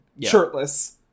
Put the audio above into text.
shirtless